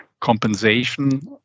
compensation